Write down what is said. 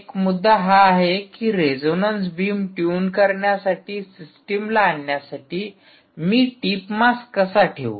एक मुद्दा हा आहे की रेझोनन्स बीम ट्यून करण्यासाठी सिस्टमला आणण्यासाठी मी टिप मास कसा ठेवू